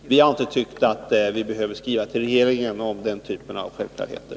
Vi har inte tyckt att vi behöver skriva till regeringen om den typen av självklarheter.